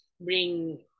bring